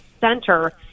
center